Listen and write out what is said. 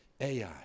AI